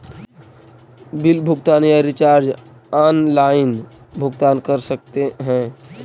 Bill भुगतान या recharge online भुगतान कर सकते हैं?